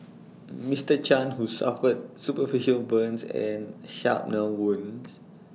Mister chan who suffered superficial burns and shrapnel wounds